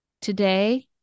Today